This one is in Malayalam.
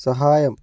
സഹായം